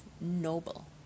Noble